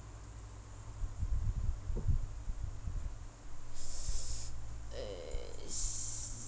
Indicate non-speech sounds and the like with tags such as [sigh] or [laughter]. [noise] err